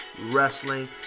wrestling